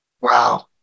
Wow